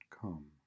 come